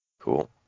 Cool